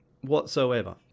whatsoever